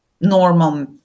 normal